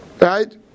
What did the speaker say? right